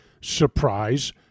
surprise